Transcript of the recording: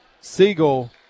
Siegel